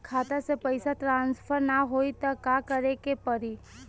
खाता से पैसा ट्रासर्फर न होई त का करे के पड़ी?